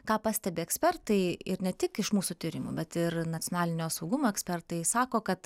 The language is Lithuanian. ką pastebi ekspertai ir ne tik iš mūsų tyrimų bet ir nacinalinio saugumo ekspertai sako kad